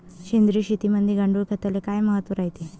सेंद्रिय शेतीमंदी गांडूळखताले काय महत्त्व रायते?